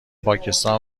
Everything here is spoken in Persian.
پاکستان